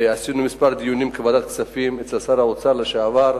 ועשינו כמה דיונים בוועדת הכספים אצל שר האוצר לשעבר,